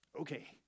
Okay